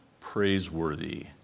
praiseworthy